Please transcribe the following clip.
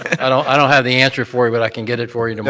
i don't i don't have the answer for you, but i can get it for you. know